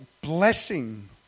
blessing